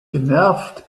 genervt